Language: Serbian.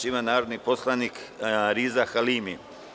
Reč ima narodni poslanik Riza Halimi.